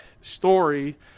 story